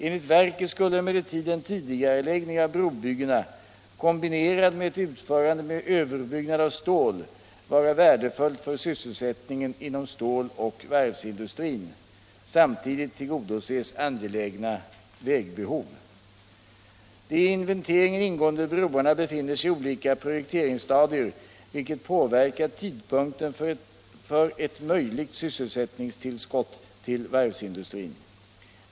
Enligt verket skulle emellertid en tidigareläggning av brobyggena, kombinerad med ett utförande med överbyggnad av stål, vara värdefull för sysselsättningen inom ståloch varvsindustrin. Samtidigt tillgodoses angelägna vägbehov. De i inventeringen ingående broarna befinner sig i olika projekteringsstadier, vilket påverkar tidpunkten för ett möjligt sysselsättningstillskott till varvsindustrin.